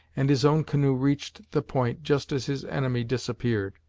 and his own canoe reached the point just as his enemy disappeared.